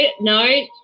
no